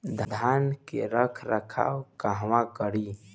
धान के रख रखाव कहवा करी?